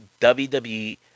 WWE